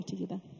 together